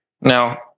Now